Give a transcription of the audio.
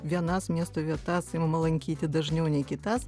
vienas miesto vietas imama lankyti dažniau nei kitas